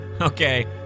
Okay